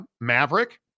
Maverick